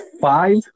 five